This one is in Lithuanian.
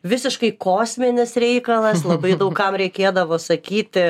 visiškai kosminis reikalas labai daug kam reikėdavo sakyti